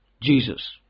Jesus